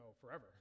forever